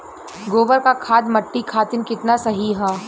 गोबर क खाद्य मट्टी खातिन कितना सही ह?